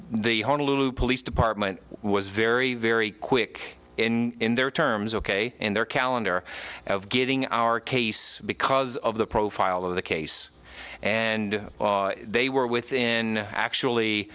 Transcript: the honolulu police department was very very quick in their terms ok in their calendar of getting our case because of the profile of the case and they were within actually